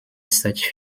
such